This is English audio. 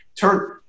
Turn